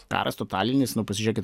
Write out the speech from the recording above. karas totalinis nu pasižiūrėkit